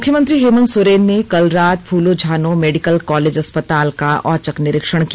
मुख्यमंत्री हेमन्त सोरेन ने कल रात फूलो झानो मेडिकल कॉलेज अस्पताल सदर अस्पताल का औचक निरीक्षण किया